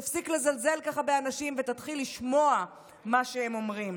תפסיק לזלזל ככה באנשים ותתחיל לשמוע מה שהם אומרים".